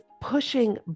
pushing